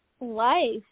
life